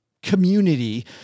community